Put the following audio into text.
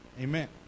Amen